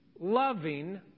loving